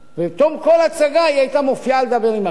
בתום כל הצגה היא היתה מופיעה כדי לדבר עם הקהל.